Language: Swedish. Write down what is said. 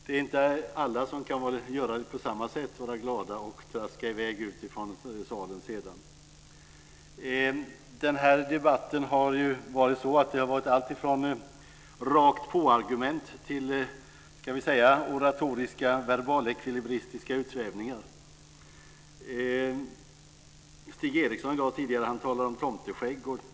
Det är inte alla som kan göra på samma sätt, vara glada och sedan traska i väg från salen. I den här debatten har det varit alltifrån rakt-påargument till oratoriska verbalekvilibristiska utsvävningar. Stig Eriksson talade tidigare om tomteskägg.